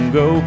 go